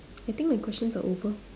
I think my questions are over